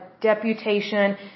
Deputation